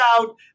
out